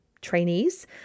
trainees